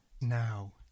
Now